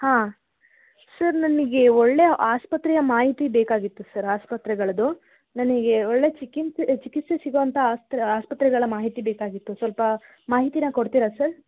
ಹಾಂ ಸರ್ ನನಗೆ ಒಳ್ಳೆಯ ಆಸ್ಪತ್ರೆಯ ಮಾಹಿತಿ ಬೇಕಾಗಿತ್ತು ಸರ್ ಆಸ್ಪತ್ರೆಗಳದ್ದು ನನಗೆ ಒಳ್ಳೆಯ ಚಿಕಿತ್ಸೆ ಚಿಕಿತ್ಸೆ ಸಿಗೋಂಥ ಆಸ್ತ್ರ್ ಆಸ್ಪತ್ರೆಗಳ ಮಾಹಿತಿ ಬೇಕಾಗಿತ್ತು ಸ್ವಲ್ಪ ಮಾಹಿತಿನ ಕೊಡ್ತೀರಾ ಸರ್